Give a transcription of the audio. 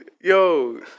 Yo